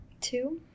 Two